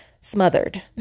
smothered